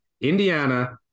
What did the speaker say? Indiana